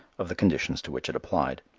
of the conditions to which it applied.